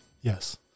Yes